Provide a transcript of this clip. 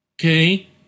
Okay